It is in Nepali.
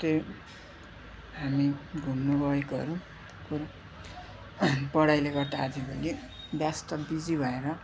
त्यही हामी घुम्नगएकोहरू पढाइले गर्दा आजभोलि व्यस्त बिजी भएर